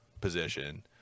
position